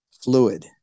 fluid